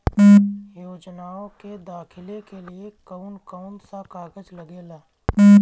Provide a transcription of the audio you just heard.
योजनाओ के दाखिले के लिए कौउन कौउन सा कागज लगेला?